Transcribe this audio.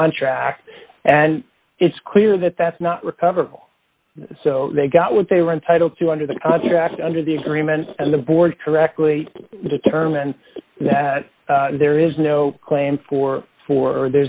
contract and it's clear that that's not recoverable so they got what they were entitled to under the contract under the agreement and the board correctly determine that there is no claim for fo